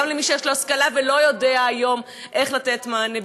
למי שיש לו השכלה ולא יודעים היום איך לתת לו מענה.